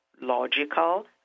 logical